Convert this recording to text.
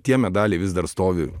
tie medaliai vis dar stovi